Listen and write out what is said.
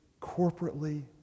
corporately